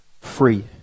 free